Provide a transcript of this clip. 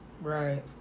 Right